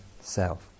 self